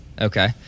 Okay